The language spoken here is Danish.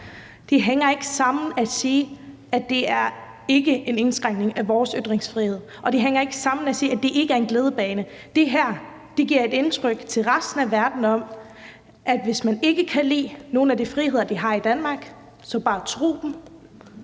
Det hænger ikke sammen at sige, at det ikke er en indskrænkning af vores ytringsfrihed, og at det ikke er en glidebane. Det her giver resten af verden et indtryk af, at hvis man ikke kan lide nogle af de friheder, de har i Danmark, så kan man bare